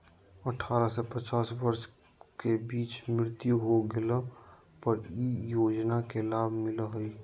अठारह से पचास वर्ष के बीच मृत्यु हो गेला पर इ योजना के लाभ मिला हइ